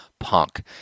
punk